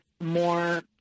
more